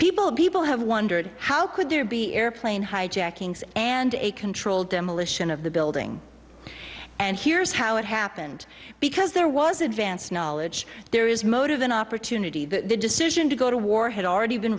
people people have wondered how could there be airplane hijackings and a controlled demolition of the building and here's how it happened because there was advance knowledge there is motive an opportunity the decision to go to war had already been